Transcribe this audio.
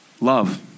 love